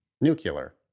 Nuclear